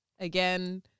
Again